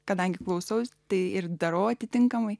kadangi klausau tai ir darau atitinkamai